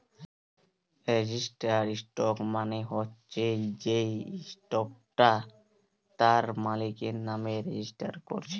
registered stock মানে হচ্ছে যেই স্টকটা তার মালিকের নামে রেজিস্টার কোরছে